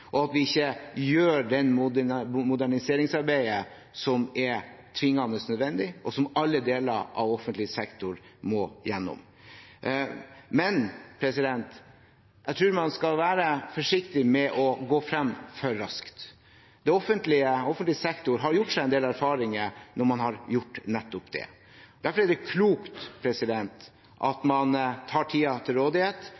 og at vi ikke gjør det moderniseringsarbeidet som er tvingende nødvendig, og som alle deler av offentlig sektor må gjennom. Men jeg tror man skal være forsiktig med å gå for raskt frem. Offentlig sektor har gjort seg en del erfaringer når man har gjort nettopp det. Derfor er det klokt